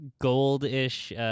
gold-ish